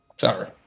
sorry